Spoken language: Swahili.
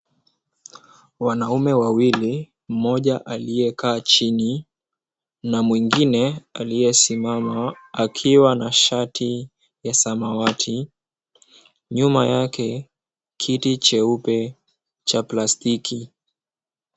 Wanaume wawili, mmoja aliyekaa chini na mwingine aliyesimama akiwa na shati ya samawati. Nyuma yake kiti cheupe cha plastiki.